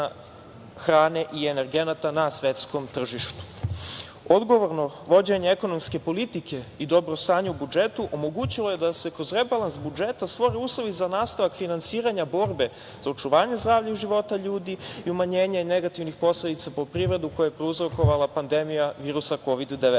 hrane i energenata na svetskom tržištu. Odgovorno vođenje ekonomske politike i dobro stanje u budžetu je omogućilo da se kroz rebalans budžeta stvore uslovi za nastavak finansiranja borbe za očuvanje zdravlja i života ljudi i umanjenja negativnih posledica po privredu koje je prouzrokovala pandemija virusa Kovid